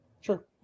Sure